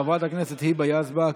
חברת הכנסת היבה יזבק,